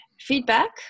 feedback